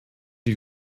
die